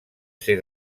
ser